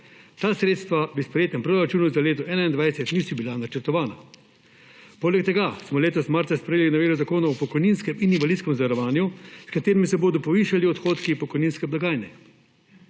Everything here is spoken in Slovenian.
Ta sredstva v sprejetem proračunu za leto 2021 niso bila načrtovana. Poleg tega smo letos marca sprejeli novelo Zakona o pokojninskem in invalidskem zavarovanju, s katero se bodo povišali odhodki pokojninske blagajne.